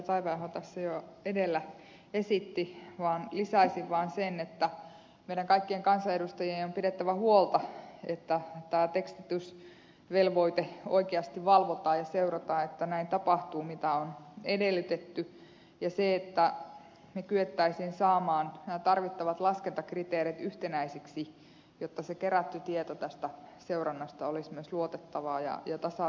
taiveaho tässä jo edellä esitti vaan lisäisin vaan sen että meidän kaikkien kansanedustajien on pidettävä huolta että tätä tekstitysvelvoitetta oikeasti valvotaan ja seurataan että näin tapahtuu mitä on edellytetty ja että me kykenisimme saamaan nämä tarvittavat laskentakriteerit yhtenäisiksi jotta se kerätty tieto tästä seurannasta olisi myös luotettavaa ja tasavertaista